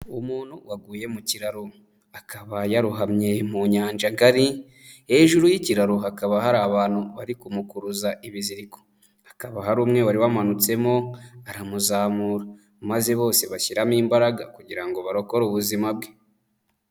Umuntu waguye mu kiraro. Akaba yarohamye mu nyanja ngari. Hejuru y'ikiraro hakaba hari abantu bari kumukuruza ibiziriko. Hakaba hari umwe wari wamanutsemo aramuzamura, maze bose bashyiramo imbaraga kugira ngo barokore ubuzima bwe.